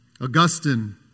Augustine